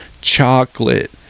chocolate